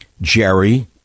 Jerry